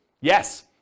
Yes